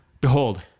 Behold